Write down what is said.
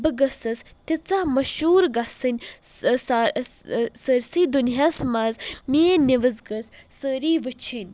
بہٕ گٔژھٕس تیٖژاہ مشہوٗر گژھٕنۍ سأرۍ سی دُنیاہس منٛز میٛأنۍ نِوٕز گٔژھۍ سأری وٕچھِٕن